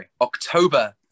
October